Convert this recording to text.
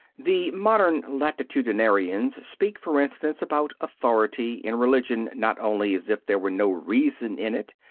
the modern latitudinarians speak, for instance, about authority in religion not only as if there were no reason in it,